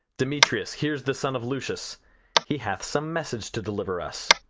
demetrius, here's the son of lucius he hath some message to deliver us.